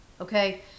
okay